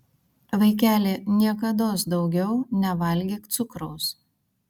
vaikeli niekados daugiau nevalgyk cukraus